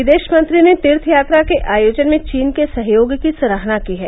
विदेश मंत्री ने तीर्थयात्रा के आयोजन में चीन के सहयोग की सराहना की है